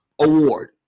award